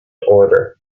order